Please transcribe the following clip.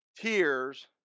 tears